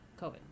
COVID